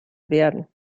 werden